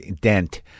dent